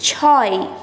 ছয়